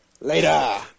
Later